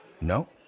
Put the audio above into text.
No